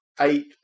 Eight